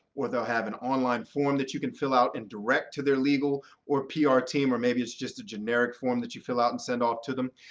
or they'll have an online form that you can fill out and direct to their legal or pr team. or maybe it's just a generic form that you fill out and send off to them.